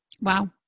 Wow